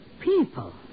People